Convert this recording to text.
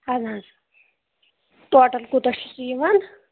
اَدٕ حظ ٹوٹل کوٗتاہ چھِ سُہ یِوان